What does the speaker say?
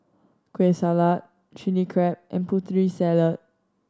Kueh Salat Chili Crab and Putri Salad